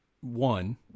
One